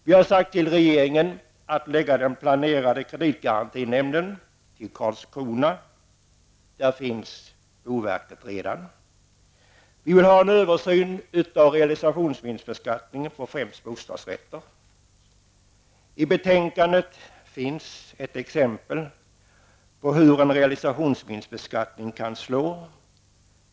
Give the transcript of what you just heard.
Vi har sagt till regeringen att förlägga den planerade kreditgarantinämnden till Karlskrona. Där finns boverket redan. Vi vill ha en översyn av realisationsvinstbeskattningen på främst bostadsrätter. I betänkandet finns det exempel på hur en realisationsvinstbeskattning kan slå.